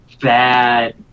bad